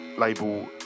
label